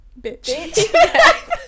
bitch